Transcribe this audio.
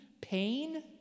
pain